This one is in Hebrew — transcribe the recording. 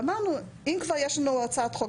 ואמרנו אם כבר יש לנו הצעת חוק,